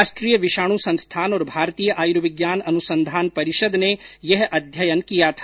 राष्ट्रीय विषाणु संस्थान और भारतीय आयुर्विज्ञान अनुसंधान परिषद ने यह अध्ययन किया था